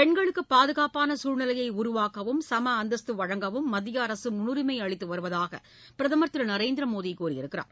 பெண்களுக்கு பாதுகாப்பான சூழ்நிலையை உருவாக்கவும் சம அந்தஸ்து வழங்கவும் மத்திய அரசு முன்னுரிமை அளித்து வருவதாக பிரதமா் திரு நரேந்திர மோடி கூறியிருக்கிறார்